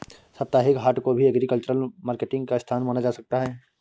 साप्ताहिक हाट को भी एग्रीकल्चरल मार्केटिंग का स्थान माना जा सकता है